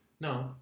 No